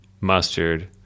mustard